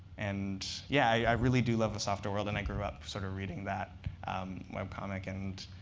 and yeah, i really do love a softer world. and i grew up sort of reading that webcomic. and